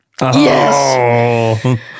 Yes